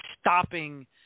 stopping